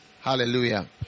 Hallelujah